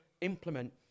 implement